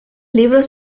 libros